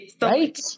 Right